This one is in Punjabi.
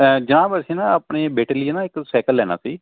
ਜਾਂ ਵੈਸੇ ਨਾ ਆਪਣੇ ਬੇਟੇ ਲਈ ਨਾ ਇੱਕ ਸਾਈਕਲ ਲੈਣਾ ਸੀ